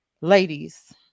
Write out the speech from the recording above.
ladies